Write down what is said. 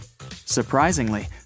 Surprisingly